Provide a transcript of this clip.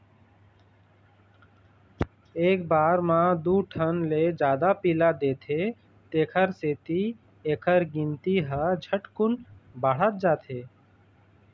एक बार म दू ठन ले जादा पिला देथे तेखर सेती एखर गिनती ह झटकुन बाढ़त जाथे